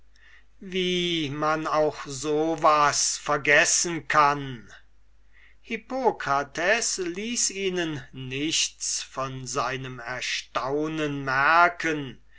wie man auch so was vergessen kann hippokrates ließ ihnen nichts von seinem erstaunen merken